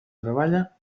treballa